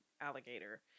alligator